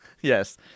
yes